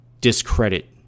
discredit